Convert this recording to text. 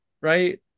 right